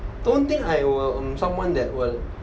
don't think I will mm someone that will